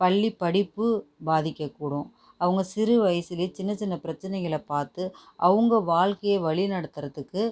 பள்ளிப் படிப்பு பாதிக்கக்கூடும் அவங்க சிறு வயசுலயே சின்ன சின்ன பிரச்சினைகளை பார்த்து அவங்க வாழ்க்கையை வழி நடத்துகிறதுக்கு